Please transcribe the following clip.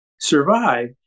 survive